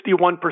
61%